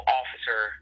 officer